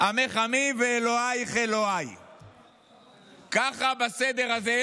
"עמך עמי ואלהיך אלהי" ככה, בסדר הזה.